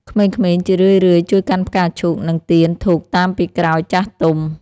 ក្មេងៗជារឿយៗជួយកាន់ផ្កាឈូក និងទៀនធូបតាមពីក្រោយចាស់ទុំ។